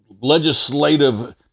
legislative